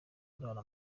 kurara